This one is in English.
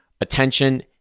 attention